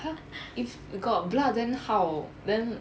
!huh! if got blood then how then